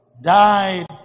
died